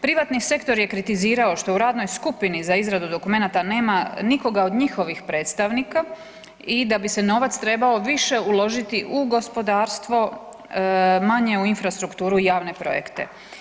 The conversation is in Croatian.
Privatni sektor je kritizirao što u radnoj skupini za izradu dokumenata nema nikoga od njihovih predstavnika i da bi se novac trebao više uložiti u gospodarstvo, manje u infrastrukturu i javne projekte.